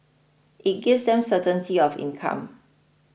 it gives them certainty of income